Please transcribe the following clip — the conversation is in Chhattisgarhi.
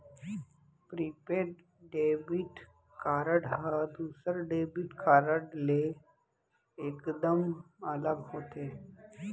प्रीपेड डेबिट कारड ह दूसर डेबिट कारड ले एकदम अलग होथे